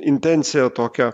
intenciją tokią